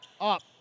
Up